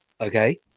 Okay